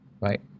Right